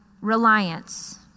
reliance